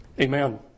Amen